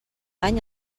any